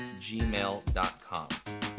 gmail.com